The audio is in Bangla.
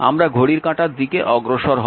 আমরা ঘড়ির কাঁটার দিকে অগ্রসর হব